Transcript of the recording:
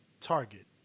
target